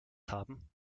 haben